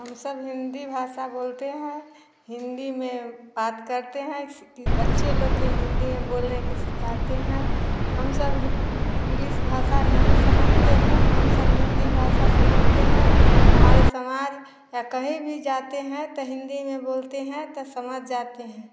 हम सब हिंदी भाषा बोलते हैं हिंदी में बात करते हैं सी कि बच्चे लोग के हिंदी बोलने के सिखाते हैं हम सब ह इंग्लिस भाषा नहीं समझते हैं हम सब हिंदी भाषा समझते हैं हमारे समाज या कहीं भी जाते हैं तो हिंदी में बोलते हैं तो समझ जाते हैं